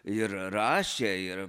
ir rašę ir